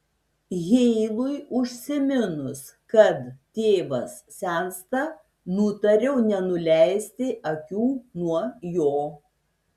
heilui užsiminus kad tėvas sensta nutariau nenuleisti akių nuo jo